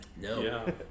No